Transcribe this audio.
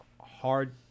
hard